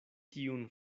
tiun